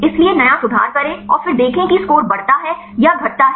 इसलिए नया सुधार करें और फिर देखें कि स्कोर बढ़ता है या घटता है